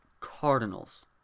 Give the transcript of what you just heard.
Cardinals